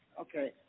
Okay